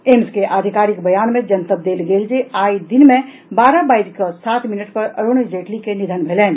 AIIMS के आधिकारिक बयान मे जनतब देल गेल जे आई दिन मे बारह बाजि कऽ सात मिनट पर अरूण जेटली के निधन भेलनि